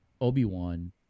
Obi-Wan